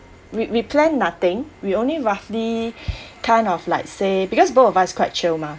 we we planned nothing we only roughly kind of like say because both of us quite chill mah